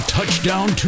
Touchdown